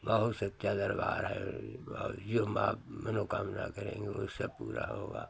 बहुत सच्चा दरबार है और जो मनोकामना करेंगे वह सब पूरा होगा